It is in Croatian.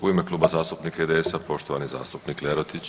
U ime Kluba zastupnika IDS-a poštovani zastupnik Lerotić.